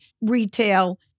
retail